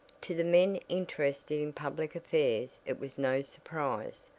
to the men interested in public affairs it was no surprise,